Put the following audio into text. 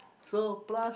so plus